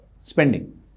spending